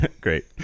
Great